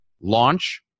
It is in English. launch